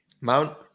Mount